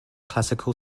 classical